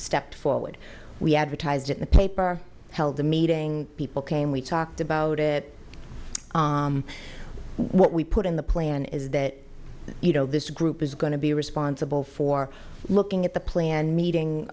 stepped forward we advertised in the paper held the meeting people came we talked about it what we put in the plan is that you know this group is going to be responsible for looking at the plan meeting